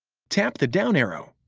tap the down arrow,